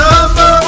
Number